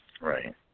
Right